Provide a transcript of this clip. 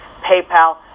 PayPal